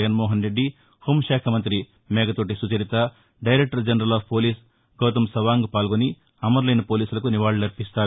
జగన్మోహన్రెడ్డి హోంశాఖ మంత్రి Mekathoti Sucharita director general of police Gautam Sawang పాల్గొని అమరులైన పోలీసులకు నివాళులర్పిస్తారు